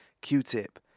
Q-Tip